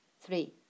three